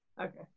okay